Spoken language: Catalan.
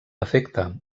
efecte